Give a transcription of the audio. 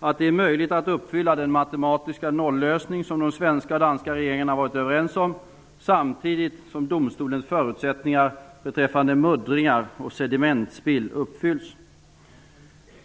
att det är möjligt att uppfylla den matematiska nollösning som de svenska och danska regeringarna har varit överens om samtidigt som domstolens förutsättningar beträffande muddringar och sedimentspill uppfylls.